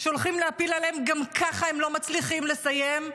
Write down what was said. שהולכים להפיל עליהם, גם ככה הם לא מצליחים לסיים,